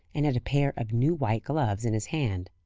and had a pair of new white gloves in his hand.